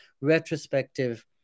retrospective